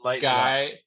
guy